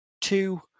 two